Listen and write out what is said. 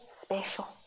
special